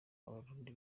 abarundi